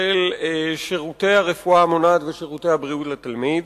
של שירותי הרפואה המונעת ושירותי הבריאות לתלמיד,